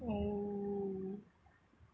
oh